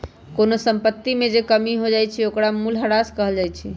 कोनो संपत्ति में जे कमी हो जाई छई ओकरा मूलहरास कहल जाई छई